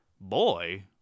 Boy